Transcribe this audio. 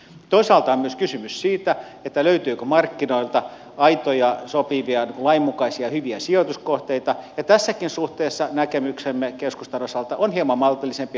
toisaalta on myös kysymys siitä löytyykö markkinoilta aitoja sopivia lainmukaisia hyviä sijoituskohteita ja tässäkin suhteessa näkemyksemme keskustan osalta on hieman maltillisempi